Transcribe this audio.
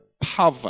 power